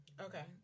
Okay